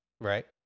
Right